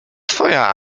twoja